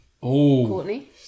Courtney